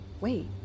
Wait